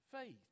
faith